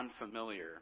unfamiliar